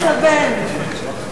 לסבן אתכם.